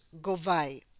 govai